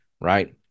right